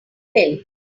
pen